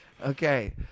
Okay